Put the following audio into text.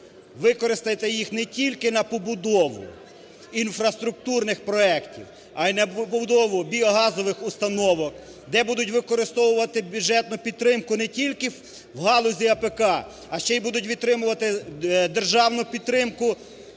Використати їх не тільки на побудову інфраструктурних проектів, а і на побудову біогазових установок, де будуть використовувати бюджетну підтримку не тільки в галузі АПК, а ще і будуть отримувати державну підтримку